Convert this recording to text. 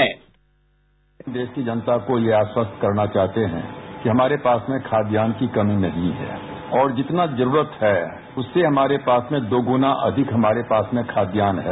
sound bite देश की जनता को यह अश्वस्त करना चाहते हैं कि हमारे पास में खाद्यान की कमी नहीं है और जितना जरूरत है उससे हमारे पास में दोगुना अधिक हमारे पास में खाद्यान है